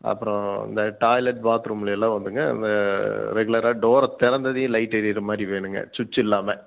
அப்புறம் இந்த டாய்லட் பாத்ரூம்லேலாம் வந்துங்க ரெகுலராக டோரை துறந்ததே லைட் ஏரிகிற மாதிரி வேணுங்க சுவிட்ச் இல்லாமல்